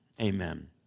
amen